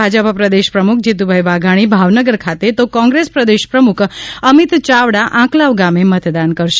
ભાજપ પ્રદેશ પ્રમુખ જીતુભાઇ વાઘાણી ભાવનગર ખાતે તો કોંગ્રેસ પ્રદેસ પ્રમુખ અમિત ચાવડા આંકલાવ ગામે મતદાન કરશે